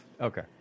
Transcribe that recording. Okay